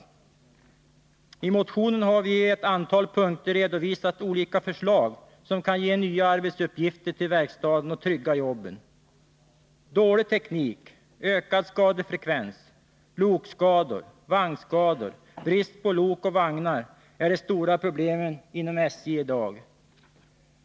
I motionen har vi i ett antal punkter redovisat olika förslag som kan ge nya arbetsuppgifter till verkstaden och trygga jobben. Dålig teknik, ökad skadefrekvens, lokskador, vagnskador, brist på lok och vagnar är de stora problemen inom SJ i dag.